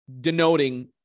denoting